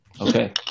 okay